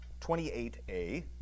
28a